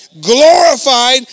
glorified